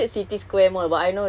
AEON mall